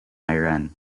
iran